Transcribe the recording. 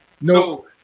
No